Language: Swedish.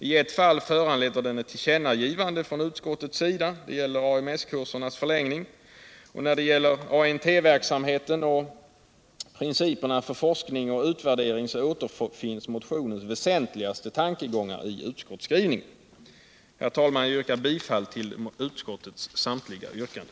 I ett fall föranleder den ett tillkännagivande från utskottets sida — det gäller AMS-kursernas förlängning — och när det gäller ANT-verksamheten och principerna för forskning och utvärdering återfinns motionens väsentligaste tankegångar i utskottsskrivningen. Jag yrkar bifall till utskottets hemställan i dess helhet.